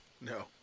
no